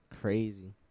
crazy